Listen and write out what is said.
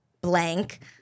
blank